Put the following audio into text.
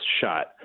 shot